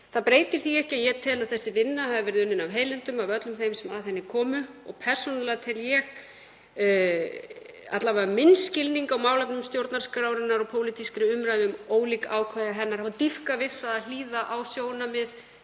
Það breytir því ekki að ég tel að þessi vinna hafi verið unnin af heilindum af öllum þeim sem að henni komu. Persónulega tel ég alla vega minn skilning á málefnum stjórnarskrárinnar og pólitískri umræðu um ólík ákvæði hennar hafa dýpkað við það að hlýða á sjónarmið